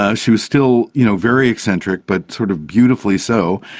ah she was still you know very eccentric but sort of beautifully so.